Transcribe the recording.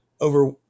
over